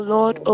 Lord